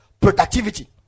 productivity